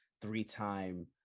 three-time